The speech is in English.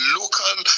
local